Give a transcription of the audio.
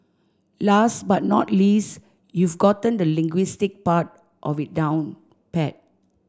last but not least you've gotten the linguistics part of it down pat